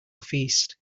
feast